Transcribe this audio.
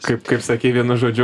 kaip kaip sakei vienu žodžiu